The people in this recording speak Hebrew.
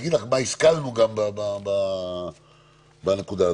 ונגיד לך מה השכלנו גם בנקודה הזאת.